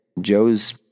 Joe's